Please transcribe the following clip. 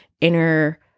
inner